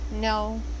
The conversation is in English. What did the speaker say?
No